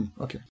okay